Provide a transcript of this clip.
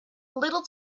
little